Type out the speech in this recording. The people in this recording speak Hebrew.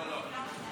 לא, לא.